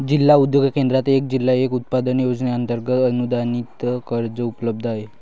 जिल्हा उद्योग केंद्रात एक जिल्हा एक उत्पादन योजनेअंतर्गत अनुदानित कर्ज उपलब्ध आहे